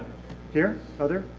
here? other?